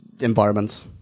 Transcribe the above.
Environments